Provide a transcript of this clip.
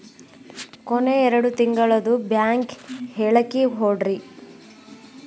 ಕೊನೆ ಎರಡು ತಿಂಗಳದು ಬ್ಯಾಂಕ್ ಹೇಳಕಿ ಕೊಡ್ರಿ